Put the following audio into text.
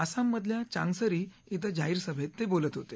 आसाममधल्या चांगसरी इथं जाहीर सभेत ते बोलत होते